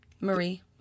Marie